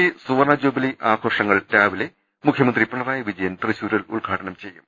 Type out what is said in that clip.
E സുവർണ jubilee ആഘോഷങ്ങൾ രാവിലെ മുഖ്യമന്ത്രി പിണറായി വിജയൻ തൃശൂരിൽ ഉദ്ഘാടനം ചെയ്യും